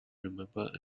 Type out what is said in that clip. remember